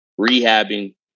rehabbing